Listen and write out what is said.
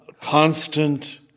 constant